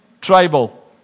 tribal